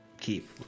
keep